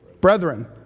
Brethren